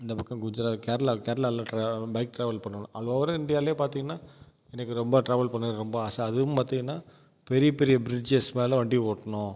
இந்த பக்கம் குஜராத் கேரளா கேரளாவில் ட்ராவல் பைக் ட்ராவல் பண்ணணும் அதோடு இண்டியாவிலே பார்த்தீங்கன்னா எனக்கு ரொம்ப டிராவல் பண்ணுறது ரொம்ப ஆசை அதுவும் பார்த்தீங்கன்னா பெரிய பெரிய பிரிட்ஜஸ் மேலே வண்டி ஓட்டணும்